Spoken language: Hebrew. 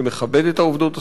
שמכבד את העובדות הסוציאליות.